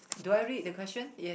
do I read the question yes